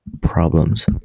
problems